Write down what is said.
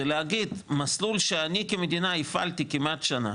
זה להגיד, מסלול שאני הפעלתי כמדינה כמעט שנה